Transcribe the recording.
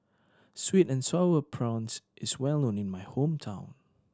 sweet and Sour Prawns is well known in my hometown